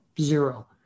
zero